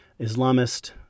Islamist